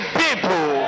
people